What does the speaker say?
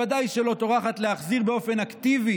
ודאי שלא טורחת להחזיר באופן אקטיבי